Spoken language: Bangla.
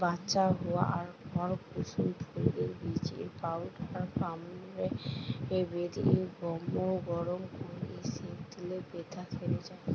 বাচ্চা হোয়ার পর কুসুম ফুলের বীজের পাউডার কাপড়ে বেঁধে গরম কোরে সেঁক দিলে বেথ্যা সেরে যায়